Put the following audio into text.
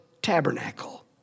tabernacle